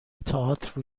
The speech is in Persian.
تئاتر